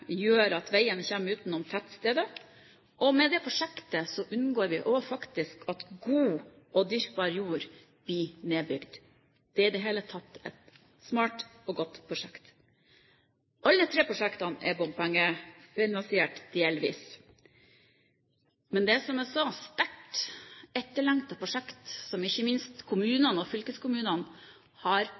gjør at veien kommer utenom tettstedene, og med dette prosjektet unngår vi faktisk at god og dyrkbar jord blir nedbygd. Det er i det hele tatt et smart og godt prosjekt. Alle tre prosjektene er bompengefinansiert – delvis. Det er, som jeg sa, sterkt etterlengtede prosjekter som ikke minst kommunene og fylkeskommunene har